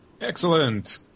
Excellent